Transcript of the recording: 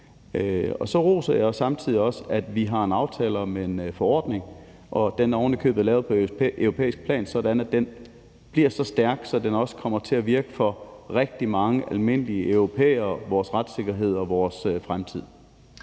Og så roser jeg samtidig også, at vi har en aftale om en forordning, og at den ovenikøbet er lavet på europæisk plan, sådan at den bliver så stærk, at den også kommer til at virke for rigtig mange almindelige europæere, vores retssikkerhed og vores fremtid.